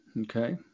Okay